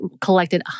collected